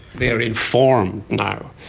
they are informed now,